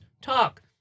talk